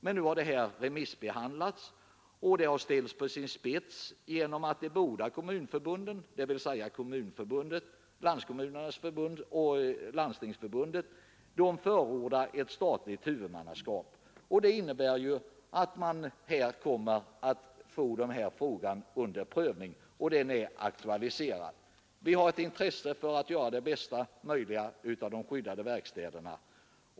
Nu har ärendet remissbehandlats, och frågan har ställts på sin spets genom att Kommunförbundet och Landstingsförbundet förordar statligt huvudmannaskap. Det innebär att riksdagen kommer att få den här frågan under prövning; den är aktualiserad. Vi har ett intresse av att göra det bästa möjliga av de skyddade verkstäderna.